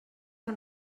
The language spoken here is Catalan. que